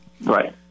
Right